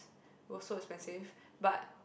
it was so expensive but